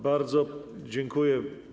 Bardzo dziękuję.